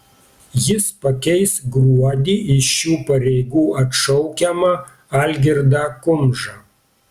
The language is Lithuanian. jis pakeis gruodį iš šių pareigų atšaukiamą algirdą kumžą